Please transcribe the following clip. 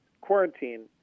quarantine